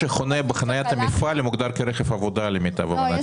בחנית המפעל מוגדר כרכב עבודה למיטב הבנתי.